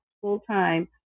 full-time